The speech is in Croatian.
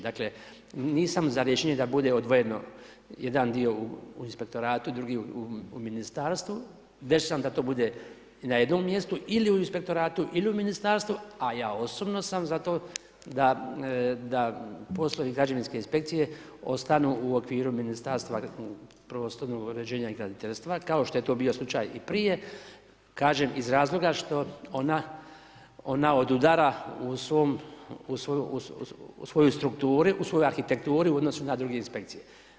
Dakle, nisam za rješenje da bude odvojeno, jedan dio u inspektoratu, drugi dio u Ministarstvu, već sam da to bude na jednom mjestu, ili u inspektoratu ili u Ministarstvu, a ja osobno sam za to da poslovi građevinske inspekcije ostaju u okviru Ministarstva prostornog uređenje i graditeljstva, kao što je to bio slučaj i prije, kažem iz razloga što ona odudara u svojoj strukturi u svojoj arhitekturi u odnosu na druge inspekcije.